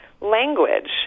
language